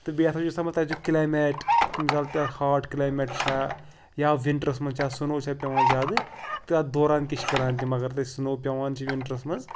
تہٕ بیٚیہِ اَتھ چھُس یژھان بہٕ تَتیُک کٕلیمیٹ تمہِ ساتہٕ تَتھ ہاٹ کٕلیمیٹ چھا یا وِنٹرَس منٛز چھا سٕنو چھا پیٚوان زیادٕ تَتھ دوران تہِ چھِ کَران تِم مگر تَتہِ سٕنو پیٚوان چھِ وِنٹرَس منٛز